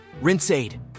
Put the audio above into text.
Rinse-Aid